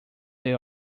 they